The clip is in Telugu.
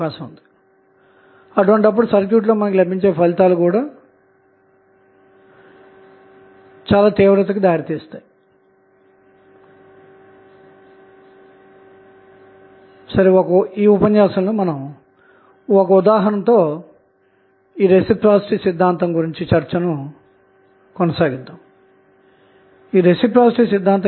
కాబట్టి ఆధారితమైన సోర్స్ లు కలిగిన పరిస్థితి గురించి తెలుసుకొనే ముందు గతంలో మనం చర్చించుకున్నగరిష్టమైన పవర్ బదిలీ సిద్ధాంతాన్ని గుర్తు చేసుకొందాము